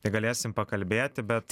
tai galėsim pakalbėti bet